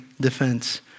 defense